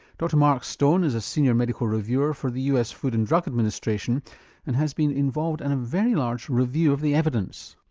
dr marc stone is a senior medical reviewer for the us food and drug administration and has been involved in and a very large review of the evidence.